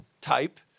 type